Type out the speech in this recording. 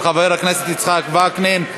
של חבר הכנסת יצחק וקנין.